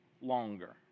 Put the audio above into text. longer